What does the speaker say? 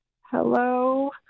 hello